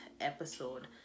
episode